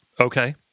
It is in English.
Okay